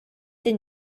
than